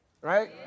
Right